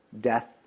death